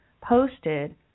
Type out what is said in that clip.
posted